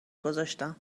گذاشتم